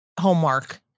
homework